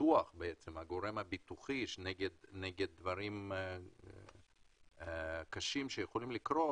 הגורם הביטוחי נגד דברים קשים שיכולים לקרות,